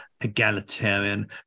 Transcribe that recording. egalitarian